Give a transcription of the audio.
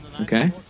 Okay